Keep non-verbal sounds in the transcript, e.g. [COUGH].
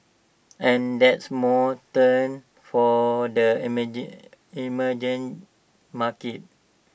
and that's more [UNINTELLIGIBLE] for the emerging emerging markets